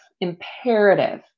imperative